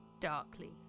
darkly